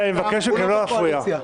אני מבקש לא להפריע.